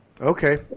Okay